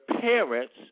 parents